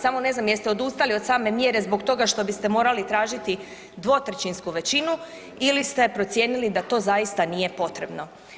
Samo ne znam jeste odustali od same mjere zbog toga što biste morali tražiti dvotrećinsku većinu, ili ste procijenili da to zaista nije potrebno.